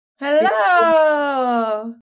Hello